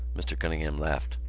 mr. cunningham laughed.